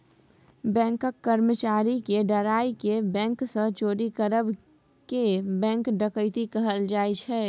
बैंकक कर्मचारी केँ डराए केँ बैंक सँ चोरी करब केँ बैंक डकैती कहल जाइ छै